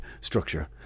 structure